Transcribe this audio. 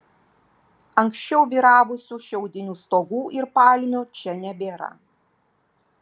anksčiau vyravusių šiaudinių stogų ir palmių čia nebėra